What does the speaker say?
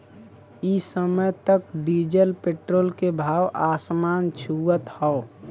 इ समय त डीजल पेट्रोल के भाव आसमान छुअत हौ